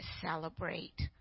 celebrate